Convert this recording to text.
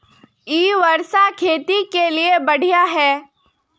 इ वर्षा खेत के लिए बढ़िया है?